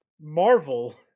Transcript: Marvel